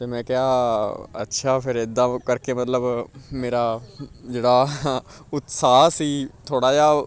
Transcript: ਅਤੇ ਮੈਂ ਕਿਹਾ ਅੱਛਾ ਫਿਰ ਇੱਦਾਂ ਕਰਕੇ ਮਤਲਬ ਮੇਰਾ ਜਿਹੜਾ ਉਤਸ਼ਾਹ ਸੀ ਥੋੜ੍ਹਾ ਜਿਹਾ